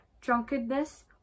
drunkenness